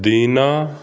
ਦਿਨਾਂ